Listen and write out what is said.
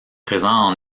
présent